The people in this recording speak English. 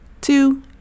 Two